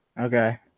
Okay